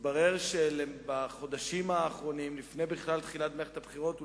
התברר שבחודשים האחרונים לפני תחילת מערכת הבחירות בכלל,